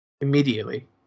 immediately